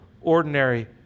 ordinary